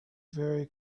very